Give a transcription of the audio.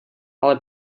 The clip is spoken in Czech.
ale